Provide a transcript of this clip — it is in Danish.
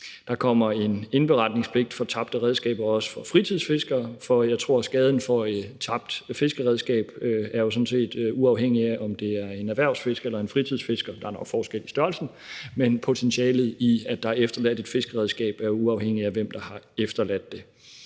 der kommer en indberetningspligt for tabte redskaber også for fritidsfiskere, for jeg tror, at skaden i forbindelse med et tabt fiskeredskab er uafhængig af, om det er en erhvervsfisker eller en fritidsfisker – der er nok forskel i størrelsen, men den potentielle skade ved, at der er efterladt et fiskeredskab, er uafhængig af, hvem der har efterladt det.